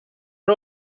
are